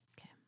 Okay